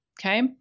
okay